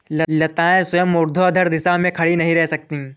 लताएं स्वयं ऊर्ध्वाधर दिशा में खड़ी नहीं रह सकती